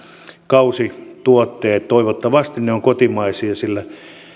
kausituotteet toivottavasti ovat kotimaisia